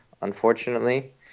unfortunately